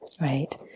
right